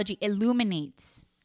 illuminates